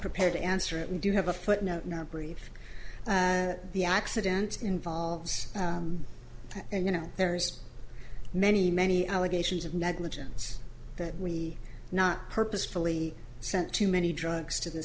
prepared to answer it we do have a footnote not brief the accident involves and you know there's many many allegations of negligence that we not purposefully sent to many drugs to the